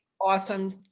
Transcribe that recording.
awesome